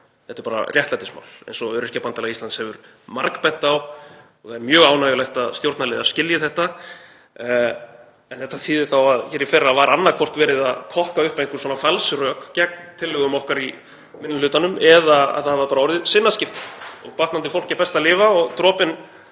Þetta er bara réttlætismál eins og Öryrkjabandalag Íslands hefur margbent á og það er mjög ánægjulegt að stjórnarliðar skilji þetta. En þetta þýðir þá að í fyrra var annaðhvort verið að kokka upp einhver falsrök gegn tillögum okkar í minni hlutanum eða að sinnaskipti hafa orðið. Batnandi fólki er best að lifa, dropinn